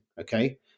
Okay